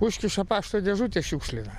užkiša pašto dėžutę šiukšlina